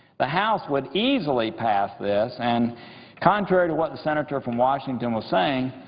the house would easily pass this, and contrary to what the senator from washington was saying,